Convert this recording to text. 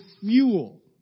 fuel